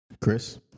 Chris